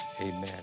Amen